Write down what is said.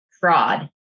fraud